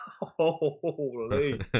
Holy